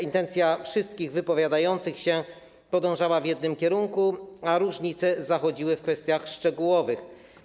Intencja wszystkich wypowiadających się podążała w jednym kierunku, a różnice dotyczyły kwestii szczegółowych.